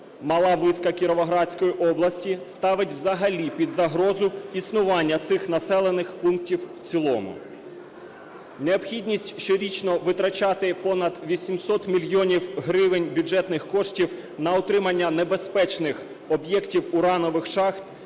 Мала Виска Кіровоградської області ставить взагалі під загрозу існування цих населених пунктів в цілому, необхідність щорічно витрачати понад 800 мільйонів гривень бюджетних коштів на утримання небезпечних об'єктів уранових шахт